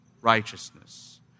righteousness